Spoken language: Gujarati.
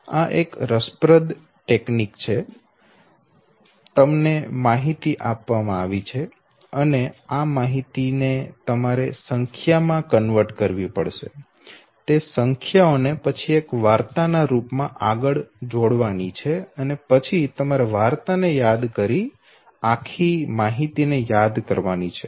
આ એક રસપ્રદ તકનીક છે તમને માહિતી આપવામાં આવી છે અને આ બધી માહિતી ને તમારે સંખ્યા માં કન્વર્ટ કરવું પડશે તે સંખ્યાઓ ને પછી એક વાર્તાના રૂપમાં આગળ જોડાવાની છે અને પછી તમારે વાર્તા ને યાદ કરીને આખી માહિતી ને યાદ કરવાની છે